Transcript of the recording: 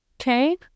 okay